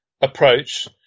approach